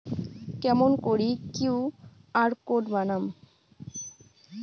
কেমন করি QR code বানাম?